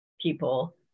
people